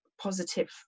positive